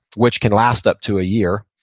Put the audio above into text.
which can last up to a year.